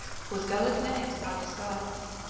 whose gallic names are disguised,